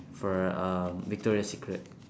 for uh victoria secret